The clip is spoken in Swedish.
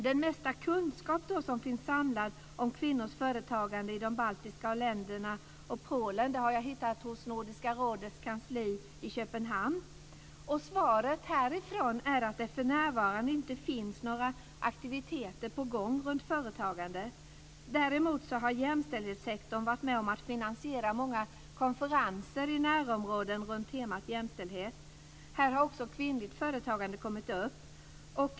Den mesta kunskap som finns samlad om kvinnors företagande i de baltiska länderna och Polen finns hos Nordiska rådets kansli i Köpenhamn. Svaret därifrån är att det för närvarande inte finns några aktiviteter på gång runt företagande. Däremot har jämställdhetssektorn varit med om att finansiera många konferenser i närområdena runt temat jämställdhet. Här har också kvinnligt företagande kommit upp.